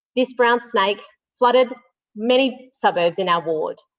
this brown snake flooded many suburbs in our ward,